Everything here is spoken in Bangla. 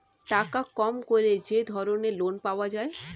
টাকা কম করে যে ধরনের লোন পাওয়া যায়